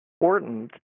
important